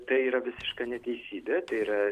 tai yra visiška neteisybė tai yra